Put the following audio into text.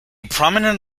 prominent